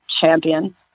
champion